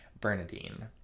Bernadine